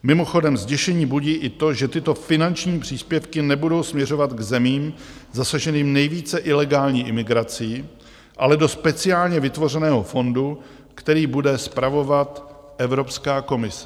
Mimochodem, zděšení budí i to, že tyto finanční příspěvky nebudou směřovat k zemím zasaženým nejvíce ilegální imigrací, ale do speciálně vytvořeného fondu, který bude spravovat Evropská komise.